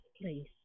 place